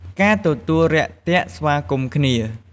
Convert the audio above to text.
ការទទួលរាក់ទាក់ស្វាគមន៍គ្នា។